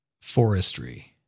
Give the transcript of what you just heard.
forestry